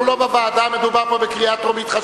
אנחנו לא בוועדה, מדובר פה בקריאה הטרומית.